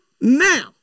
now